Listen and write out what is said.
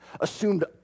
assumed